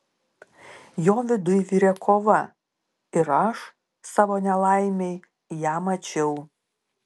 jo viduj virė kova ir aš savo nelaimei ją mačiau